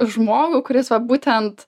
žmogų kuris va būtent